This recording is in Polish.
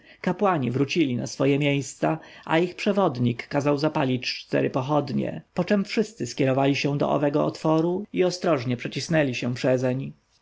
kapłani wrócili na swoje miejsca a ich przewodnik kazał zapalić cztery pochodnie poczem wszyscy skierowali się do owego otworu i ostrożnie przecisnęli się przezeń